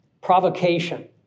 Provocation